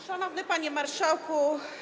Szanowny Panie Marszałku!